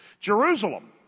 Jerusalem